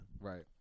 Right